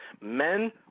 men